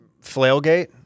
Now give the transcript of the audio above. Flailgate